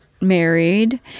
married